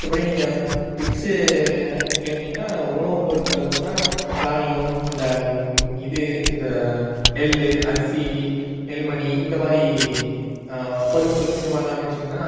மற்றபடி நீங்கள் டிப்ஸு எதுனா கேட்டீங்கன்னா உணவு பொருட்கள்னா தானியம் இந்த இது இந்த நெல்லு அரிசி நெல் மணி இந்த மாதிரி பருப்பு இந்த மாதிரிலாம் வச்சீங்கன்னா